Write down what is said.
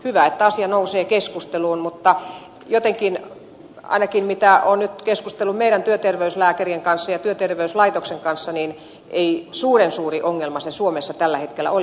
hyvä että asia nousee keskusteluun mutta jotenkin ainakin sen mukaan mitä olen keskustellut työterveyslääkäriemme kanssa ja työterveyslaitoksen kanssa ei se suuren suuri ongelma suomessa tällä hetkellä ole